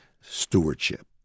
stewardship